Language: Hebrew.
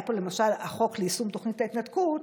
היה פה למשל החוק ליישום תוכנית ההתנתקות,